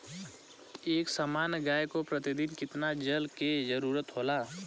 एक सामान्य गाय को प्रतिदिन कितना जल के जरुरत होला?